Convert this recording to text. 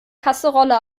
kaserolle